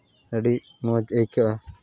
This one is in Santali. ᱟᱹᱰᱤ ᱢᱚᱡᱽ ᱟᱹᱭᱠᱟᱹᱜᱼᱟ